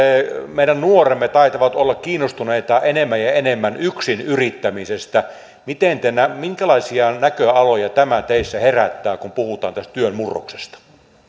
meidän nuoremme taitavat olla kiinnostuneita enemmän ja enemmän yksinyrittämisestä minkälaisia näköaloja tämä teissä herättää kun puhutaan tästä työn murroksesta